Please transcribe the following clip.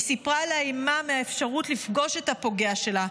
היא סיפרה על האימה לפגוש את הפוגע שלה.